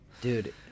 Dude